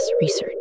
research